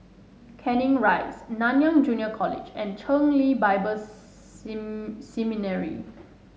Canning Rise Nanyang Junior College and Chen Lien Bible seem Seminary